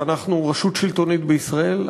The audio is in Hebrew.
ואנחנו רשות שלטונית בישראל,